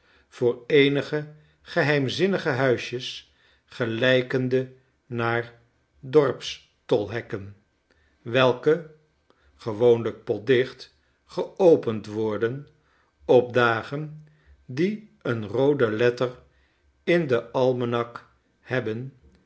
voor eenige geheimzinnige huisjes gelykende naar dorps tolhekken welke gewoonlijk potdicht geopend worden op dagen die een rooden letter in den almanak hebben